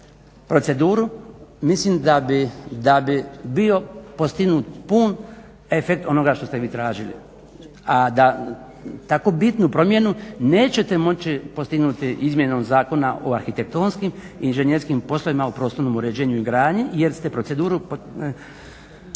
proceduru mislim da bi bio postignut pun efekt onoga što ste vi tražili. A da tako bitnu promjenu nećete moći postignuti Izmjenom zakona o arhitektonskim i inženjerskim poslovima o prostornom uređenju i gradnji jer ste proceduru